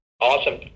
Awesome